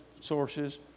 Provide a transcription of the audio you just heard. sources